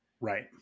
right